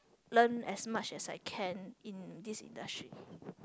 learn as much as I can in this industry